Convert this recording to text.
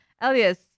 Elias